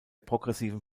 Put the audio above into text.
progressiven